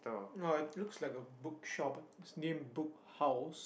no it looks like a bookshop but it's named Book House